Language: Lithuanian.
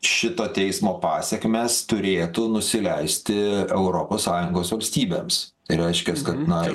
šito teismo pasekmes turėtų nusileisti europos sąjungos valstybėms tai reiškias kad na